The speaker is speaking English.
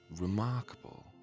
remarkable